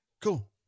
cool